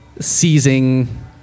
seizing